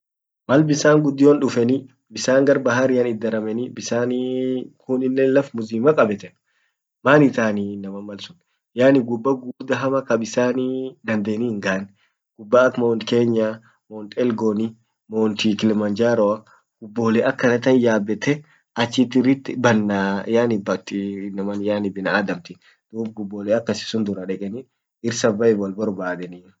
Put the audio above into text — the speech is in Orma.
mal bisan gudddion dufeni bisan gar baharian it darameni bisanii kuninen laf mzima kabeten maan itani inaman mal sun, yaani gubba gugurda hama kabisan ee dandeni hingan ak mt kenya, mt elgoni mt kilimanjaroa gubole akanatan yabette achit irrit banna, yani bati inaman yaani binadamtit bare akasisun duradekeni survival borbadeni.